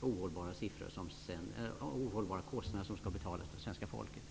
oförsvarbara kostnader, som alltså skall betalas av det svenska folket.